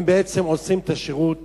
הם בעצם עושים את השירות